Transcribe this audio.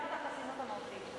זה במסגרת החסינות המהותית.